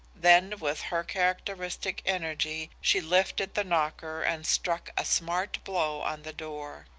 then with her characteristic energy she lifted the knocker and struck a smart blow on the door.